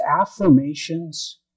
affirmations